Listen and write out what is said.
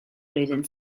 blwyddyn